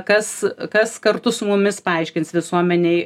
kas kas kartu su mumis paaiškins visuomenei